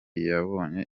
yabonye